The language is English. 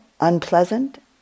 unpleasant